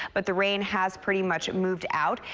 but the rain has pretty much moved out.